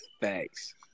Thanks